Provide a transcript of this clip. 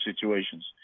situations